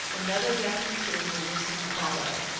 another death in the family will soon follow.